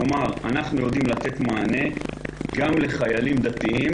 כלומר אנחנו יודעים לתת מענה גם לחיילים דתיים,